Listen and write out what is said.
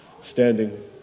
standing